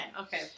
okay